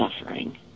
suffering